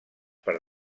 per